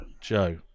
Joe